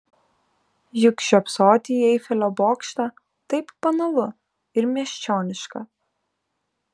juk žiopsoti į eifelio bokštą taip banalu ir miesčioniška